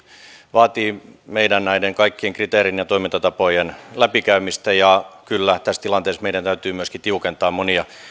vaatii näiden meidän kaikkien kriteerien ja toimintatapojen läpikäymistä ja kyllä tässä tilanteessa meidän täytyy myöskin tiukentaa monia